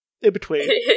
in-between